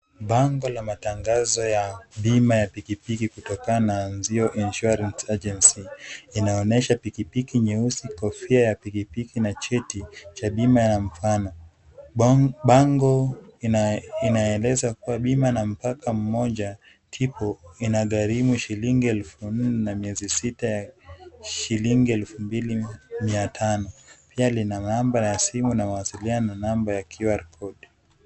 Bango la matangazo ya bima ya pikipiki kutokana na Anzio Insurance Agency inaonyesha pikipiki nyeusi, kofia ya pikipiki na cheti cha bima ya mfano. Bango inaeleza kwa bima na mpaka mmoja, tipu inagharimu shilingi elfu nne na miezi sita ya shilingi elfu mbili mia tano. Pia lina namba ya simu na mawasiliano na namba ya QR code .